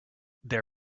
their